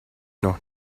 noch